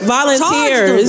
Volunteers